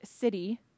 city